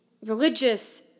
religious